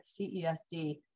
CESD